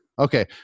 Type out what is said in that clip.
Okay